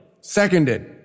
Seconded